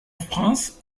france